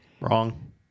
Wrong